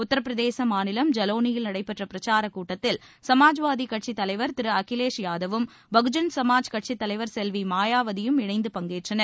உத்தரப்பிரதேச மாநிலம் ஜலோனி யில் நடைபெற்ற பிரச்சாரக் கூட்டத்தில் சமாஜ்வாதி கட்சித் தலைவர் திரு அகிலேஷ் யாதவும் பகுஜன் சமாஜ் கட்சி தலைவர் செல்வி மாயாவதியும் இணைந்து பங்கேற்றனர்